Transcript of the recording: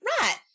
Right